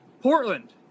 Portland